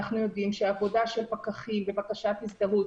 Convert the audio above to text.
אנחנו יודעים שעבודה של פקחים בבקשת הזדהות,